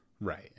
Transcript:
Right